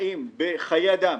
האם בחיי אדם,